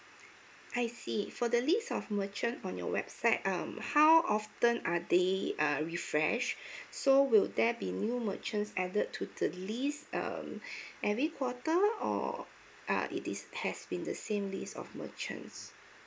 I see for the list of merchant on your website um how often are they err refresh so will there be new merchants added to the list um every quarter or uh it is has been the same list of merchants